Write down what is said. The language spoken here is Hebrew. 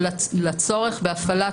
לצורך בהפעלת